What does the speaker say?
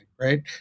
right